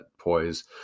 poise